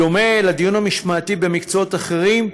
בדומה לדיון המשמעתי במקצועות אחרים,